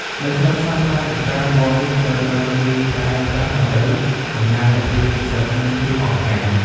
នៅក្នុងសាសនាជាច្រើន ពណ៌មាសត្រូវបានគេប្រើប្រាស់ដើម្បីតំណាងឱ្យភាពពិសិដ្ឋ និងភាពអស្ចារ្យ។